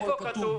איפה זה כתוב?